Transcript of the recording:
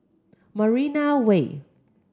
Marina Way